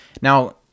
Now